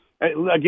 again